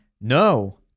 No